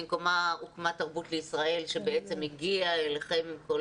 במקומה הוקמה תרבות לישראל שבעצם הגיעה אליכם.